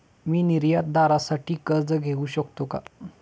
मी निर्यातदारासाठी कर्ज घेऊ शकतो का?